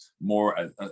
More